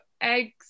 eggs